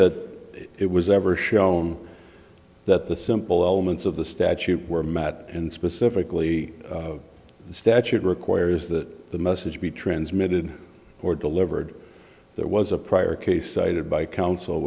that it was ever shown that the simple elements of the statute were met and specifically the statute requires that the message be transmitted or delivered there was a prior case cited by coun